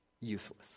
Useless